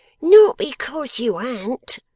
not because you an't